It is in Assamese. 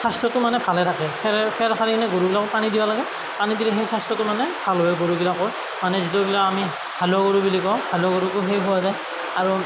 স্বাস্থ্যটো মানে ভালে থাকে খেৰ খেৰ খালে মানে গৰুবিলাকক পানী দিবা লাগে পানী দিলেহে সেই স্বাস্থ্যটো মানে ভাল হয় গৰুগিলাকৰ মানে যিটো মানে আমি হালোৱা গৰু বুলি কওঁ হালোৱা গৰুকো সেই খুওৱা যায় আৰু